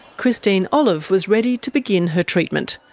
christine olive was ready to begin her treatment,